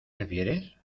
refieres